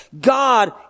God